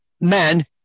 men